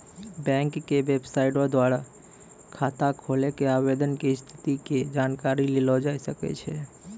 bank के बेबसाइटो द्वारा खाता खोलै के आवेदन के स्थिति के जानकारी लेलो जाय सकै छै